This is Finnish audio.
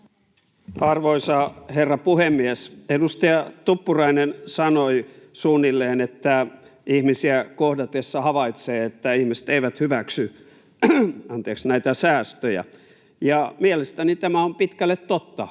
Arvoisa herra puhemies! Edustaja Tuppurainen sanoi suunnilleen, että ihmisiä kohdatessa havaitsee, että ihmiset eivät hyväksy näitä säästöjä, ja mielestäni tämä on pitkälle totta.